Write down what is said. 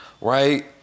right